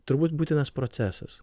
turbūt būtinas procesas